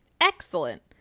excellent